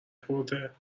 خورده